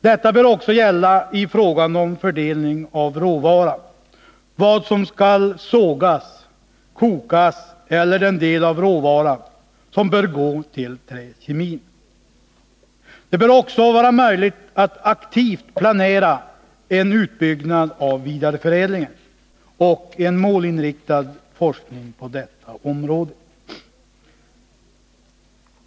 Detta bör också gälla i fråga om fördelning av råvaran — vad som skall sågas eller kokas eller vilken del av råvaran som bör gå till träkemin. Det bör också vara möjligt att aktivt planera en utbyggnad av vidareförädlingen, och en målinriktad forskning på detta område.